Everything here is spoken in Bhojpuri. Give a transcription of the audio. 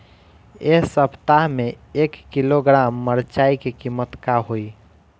एह सप्ताह मे एक किलोग्राम मिरचाई के किमत का होई?